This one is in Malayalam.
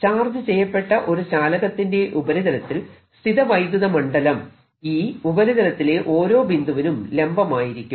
ചാർജ് ചെയ്യപ്പെട്ട ഒരു ചാലകത്തിന്റെ ഉപരിതലത്തിൽ സ്ഥിത വൈദ്യുത മണ്ഡലം E ഉപരിതലത്തിലെ ഓരോ ബിന്ദുവിനും ലംബ മായിരിക്കും